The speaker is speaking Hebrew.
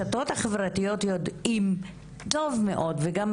כשזה לא קשור לאלימות נגד נשים,